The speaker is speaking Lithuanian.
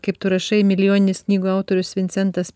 kaip tu rašai milijoninis knygų autorius vincentas